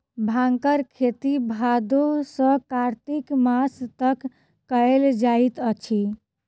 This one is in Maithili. भांगक खेती भादो सॅ कार्तिक मास तक कयल जाइत अछि